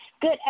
Good